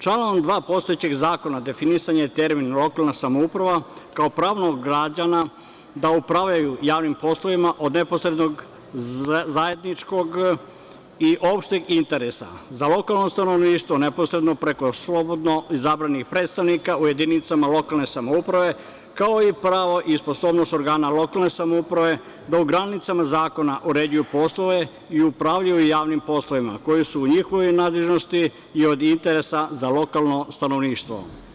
Članom 2. postojećeg zakona definisan je termin lokalna samouprava, kao pravo građana da upravljaju javnim poslovima od neposrednog, zajedničkog i opšteg interesa za lokalno stanovništvo, neposredno preko slobodno izabranih predstavnika u jedinicama lokalne samouprave, kao i pravo i sposobnost organa lokalne samouprave da u granicama zakona uređuju poslove i upravljaju javnim poslovima koji su u njihovoj nadležnosti i od interesa za lokalno stanovništvo.